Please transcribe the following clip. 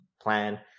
plan